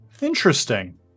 interesting